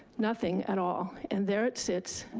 nothing at all. and there it sits,